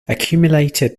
accumulated